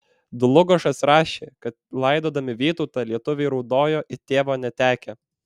dlugošas rašė kad laidodami vytautą lietuviai raudojo it tėvo netekę